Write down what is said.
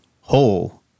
whole